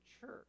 church